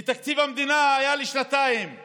כי תקציב המדינה היה לשנתיים,